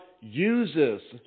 uses